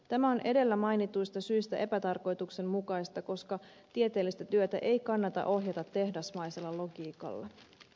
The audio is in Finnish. tämä on edellä mainituista syistä epätarkoituksenmukaista koska tieteellistä työtä ei kannata ohjata tehdasmaisella logiikalla